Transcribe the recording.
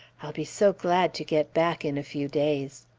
i'll be so glad to get back in a few days.